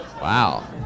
Wow